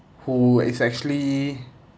who is actually